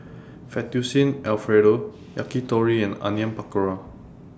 Fettuccine Alfredo Yakitori and Onion Pakora